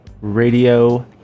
Radio